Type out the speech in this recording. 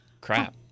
Crap